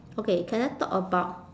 okay can I talk about